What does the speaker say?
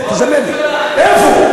איפה?